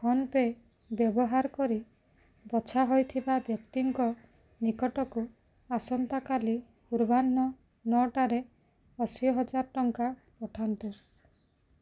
PhonePe ବ୍ୟବହାର କରି ବଛା ହୋଇଥିବା ବ୍ୟକ୍ତିଙ୍କ ନିକଟକୁ ଆସନ୍ତାକାଲି ପୂର୍ବାହ୍ନ ନଅଟାରେ ଅଶୀହଜାର ଟଙ୍କା ପଠାନ୍ତୁ